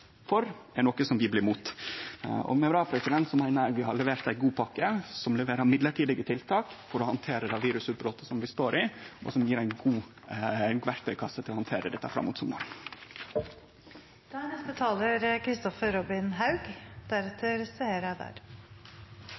for, er noko som vi blir imot. Med dette meiner eg vi har levert ei god pakke, som leverer mellombelse tiltak for å handtere det virusutbrotet som vi står i, og som gjev ein god verktøykasse til å handtere dette